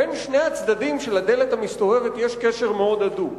בין שני הצדדים של הדלת המסתובבת יש קשר מאוד הדוק,